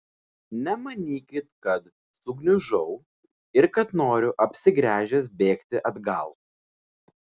nemanykit kad sugniužau ir kad noriu apsigręžęs bėgti atgal